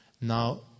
now